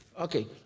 Okay